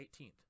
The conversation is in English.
18th